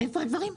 איפה הדברים?